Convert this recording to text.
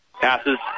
Passes